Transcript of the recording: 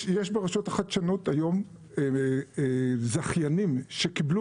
יש ברשות החדשנות היום זכיינים שקיבלו